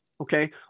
Okay